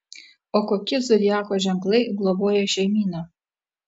o kokie zodiako ženklai globoja šeimyną